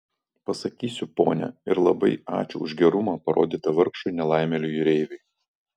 pasakysiu ponia ir labai ačiū už gerumą parodytą vargšui nelaimėliui jūreiviui